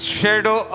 shadow